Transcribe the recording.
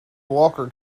walker